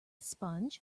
sponge